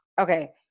okay